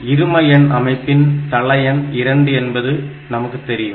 இரும எண் அமைப்பின் தள எண் 2 என்பது நமக்கு தெரியும்